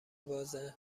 بازه